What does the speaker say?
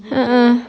a'ah